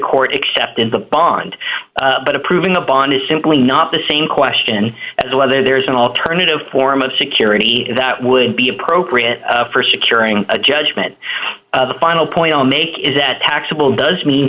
court except in the bond but approving a bond is simply not the same question as whether there is an alternative form of security that would be appropriate for securing a judgment the final point i'll make is that taxable does mean